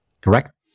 Correct